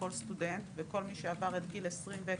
כל סטודנט וכל מי שעבר את גיל 20 ו-,